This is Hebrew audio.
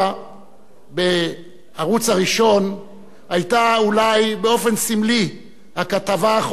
בערוץ הראשון היתה אולי באופן סמלי הכתבה האחרונה של פרדי גרובר,